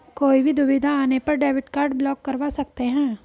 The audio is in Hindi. कोई भी दुविधा आने पर डेबिट कार्ड ब्लॉक करवा सकते है